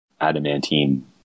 adamantine